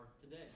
today